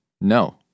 no